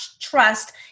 trust